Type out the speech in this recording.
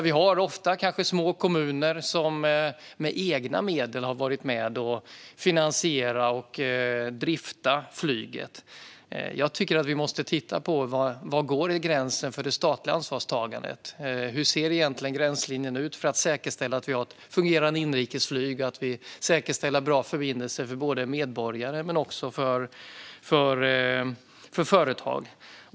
Vi har små kommuner som ofta med egna medel har varit med och finansierat och driftat flyget. Jag tycker att vi måste titta på var gränsen går för det statliga ansvarstagandet. Hur ser egentligen gränslinjen ut för att säkerställa att vi har ett fungerande inrikesflyg och bra förbindelser för både medborgare och företag?